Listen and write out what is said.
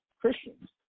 Christians